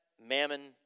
mammon